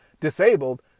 disabled